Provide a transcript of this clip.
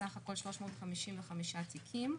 סך הכל 355 תיקים.